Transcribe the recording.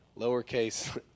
lowercase